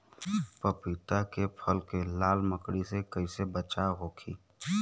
पपीता के फल के लाल मकड़ी से कइसे बचाव होखि?